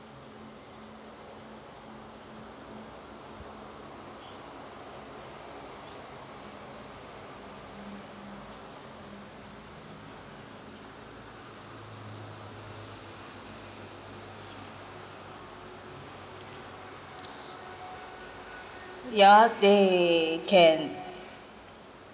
yeah they can